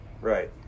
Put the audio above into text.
Right